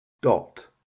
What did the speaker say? dot